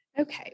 Okay